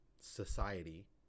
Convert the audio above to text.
society